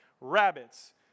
rabbits